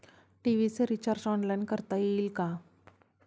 TV चे recharge online करता येईल का?